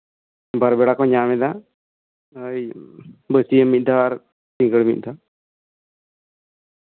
ᱵᱟᱨ ᱵᱮᱲᱟ ᱠᱚ ᱧᱟᱢ ᱮᱫᱟ ᱵᱟᱹᱥᱭᱟᱹᱢ ᱢᱤᱫ ᱫᱷᱟᱣ ᱥᱤᱸᱜᱟᱹᱲ ᱢᱤᱫ ᱫᱷᱟᱣ